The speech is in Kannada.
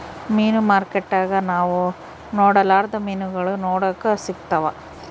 ಮೀನು ಮಾರುಕಟ್ಟೆಗ ನಾವು ನೊಡರ್ಲಾದ ಮೀನುಗಳು ನೋಡಕ ಸಿಕ್ತವಾ